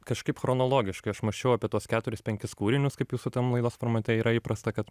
kažkaip chronologiškai aš mąsčiau apie tuos keturis penkis kūrinius kaip jūsų tam laidos formate yra įprasta kad